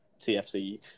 TFC